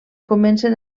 comencen